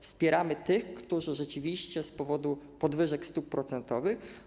Wspieramy tych, którzy rzeczywiście z powodu podwyżek stóp procentowych.